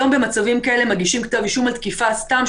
היום במצבים כאלה מגישים כתב אישום על תקיפה סתם,